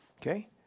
okay